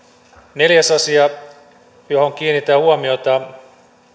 neljäs asia johon kiinnitän huomiota